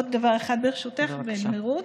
עוד דבר אחד, ברשותך, במהירות.